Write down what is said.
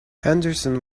henderson